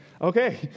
okay